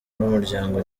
n’umuryango